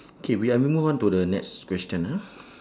K we are moving on to the next question ah